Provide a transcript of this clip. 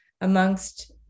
amongst